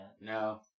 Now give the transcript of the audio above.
no